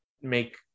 make